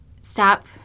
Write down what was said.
stop